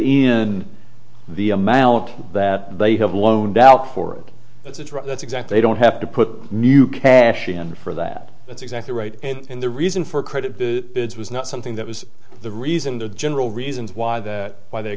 in the amount that they have loaned out for and that's exact they don't have to put new cash in for that that's exactly right in the reason for credit was not something that was the reason the general reasons why the why the